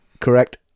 correct